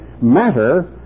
Matter